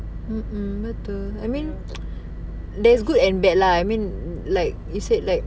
mm mm betul I mean there's good and bad lah I mean like you said like